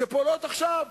שפועלות עכשיו.